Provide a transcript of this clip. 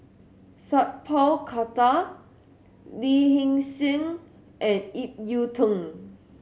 Sat Pal Khattar Lee Hee Seng and Ip Yiu Tung